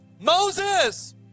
Moses